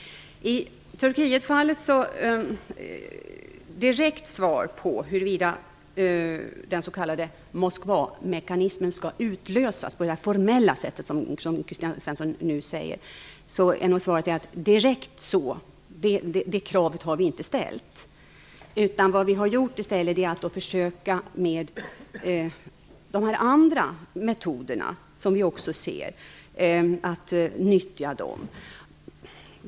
När det gäller Turkiet kan jag inte lämna ett direkt svar på huruvida den s.k. Moskvamekanismen skall utlösas på det formella sättet, som Kristina Svensson nu säger. Det kravet har vi inte ställt. Vad vi har gjort i stället är att försöka nyttja de andra metoder som vi också ser.